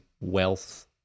wealth